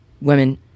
women